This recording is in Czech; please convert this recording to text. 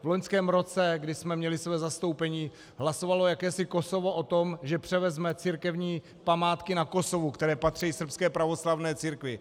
V loňském roce, kdy jsme měli svoje zastoupení, hlasovalo jakési Kosovo o tom, že převezme církevní památky na Kosovu, které patří srbské pravoslavné církvi.